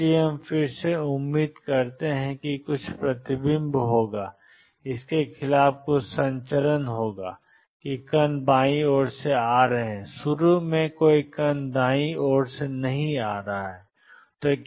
इसलिए हम फिर से उम्मीद करते हैं कि कुछ प्रतिबिंब होगा और इसके खिलाफ कुछ संचरण होगा कि कण बाईं ओर से आ रहे हैं शुरू में कोई कण दाईं ओर से नहीं आ रहा है